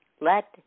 Let